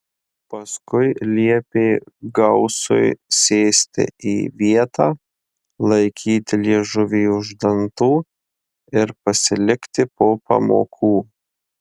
paskui liepė gausui sėsti į vietą laikyti liežuvį už dantų ir pasilikti po pamokų